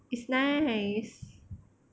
is nice